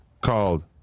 called